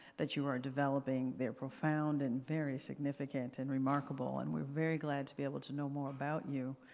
that you are developing. they're profound and very significant and remarkable. and we're very glad to be able to know more about you.